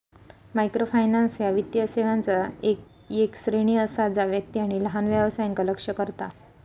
microfinance ह्या वित्तीय सेवांचा येक श्रेणी असा जा व्यक्ती आणि लहान व्यवसायांका लक्ष्य करता